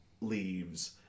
leaves